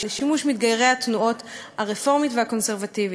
לשימוש מתגיירי התנועות הרפורמית והקונסרבטיבית.